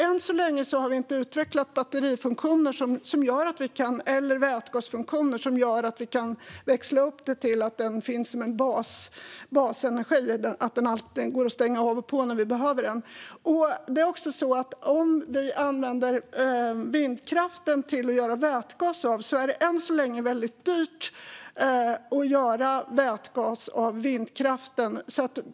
Än så länge har vi inte utvecklat batterifunktioner eller vätgasfunktioner som gör att vi kan växla upp till att den finns som basenergi, så att den går att stänga av och sätta på när vi behöver den. Att göra vätgas av vindkraften är än så länge väldigt dyrt.